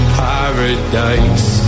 paradise